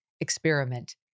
experiment